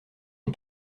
une